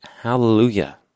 Hallelujah